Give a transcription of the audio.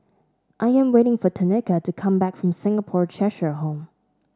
I am waiting for Tenika to come back from Singapore Cheshire Home